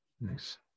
Nice